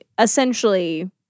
essentially